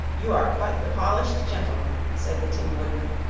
you are quite the polished gentleman, said the tin woodman.